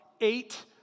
eight